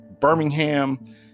Birmingham